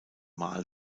mahl